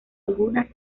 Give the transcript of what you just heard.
algunas